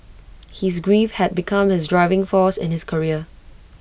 his grief had become his driving force in his career